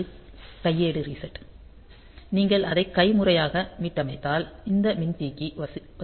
இது கையேடு ரீசெட் நீங்கள் அதை கைமுறையாக மீட்டமைத்தால் இந்த மின்தேக்கி வசூலிக்கப்படும்